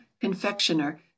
confectioner